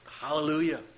Hallelujah